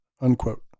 unquote